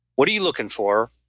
what are you looking for,